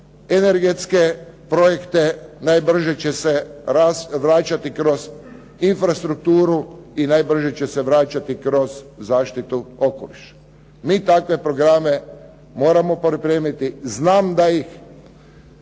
energetske projekte, najbrže će se vraćati kroz infrastrukturu i najbrže će se vraćati kroz zaštitu okoliša. Mi takve programe moramo pripremiti. Znam da ih